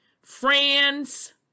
France